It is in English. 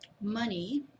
money